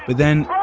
but then,